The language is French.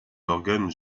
organes